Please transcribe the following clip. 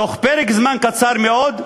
בתוך פרק זמן קצר מאוד.